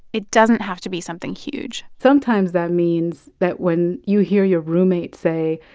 it doesn't have to be something huge sometimes that means that when you hear your roommates say,